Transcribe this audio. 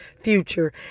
future